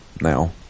now